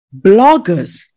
bloggers